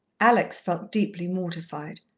alex felt deeply mortified.